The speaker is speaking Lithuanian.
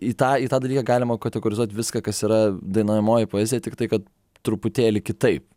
į tą į tą dalyką galima kategorizuot viską kas yra dainuojamoji poezija tiktai kad truputėlį kitaip